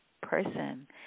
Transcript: person